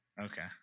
Okay